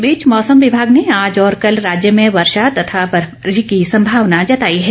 इस बीच मौसम विभाग ने आज और कल राज्य में वर्षा तथा बर्फबारी की संभावना जताई है